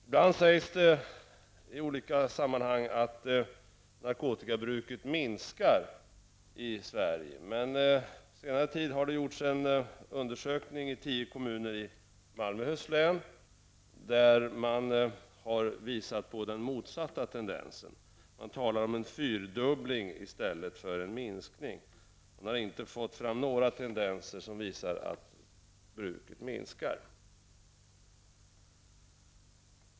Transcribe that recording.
Ibland sägs det i olika sammanhang att narkotikabruket minskar i Sverige, men det har under senare tid gjorts en undersökning i tio kommuner i Malmöhus län där man har visat på den motsatta tendensen. Man talar om en fyrdubbling i stället för en minskning. Man har inte fått fram några tendenser till att bruket minskar.